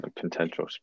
potential